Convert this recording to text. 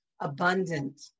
abundant